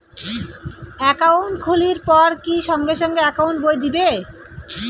Account খুলির পর কি সঙ্গে সঙ্গে একাউন্ট বই দিবে?